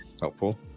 helpful